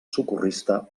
socorrista